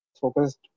focused